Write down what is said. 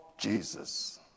Jesus